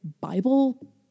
Bible